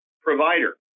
provider